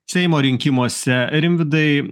seimo rinkimuose rimvydai